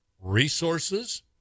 resources